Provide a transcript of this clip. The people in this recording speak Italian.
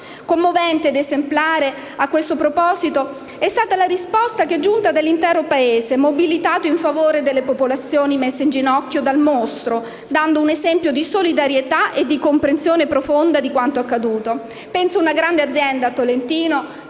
Commovente ed esemplare, a questo proposito, è stata la risposta che è giunta dall'intero Paese, mobilitato in favore delle popolazioni messe in ginocchio dal "mostro", dando un esempio di solidarietà e di comprensione profonda di quanto accaduto. Penso a una grande azienda a Tolentino